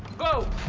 go!